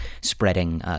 spreading